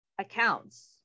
accounts